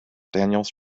daniels